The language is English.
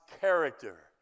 character